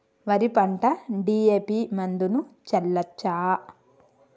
వరి పంట డి.ఎ.పి మందును చల్లచ్చా?